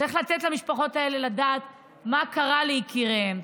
צריך לתת למשפחות האלה לדעת מה קרה ליקיריהן.